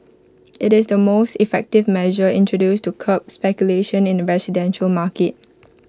IT is the most effective measure introduced to curb speculation in the residential market